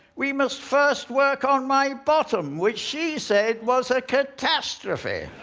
we must first work on my bottom, which, she said, was ah catastrophe.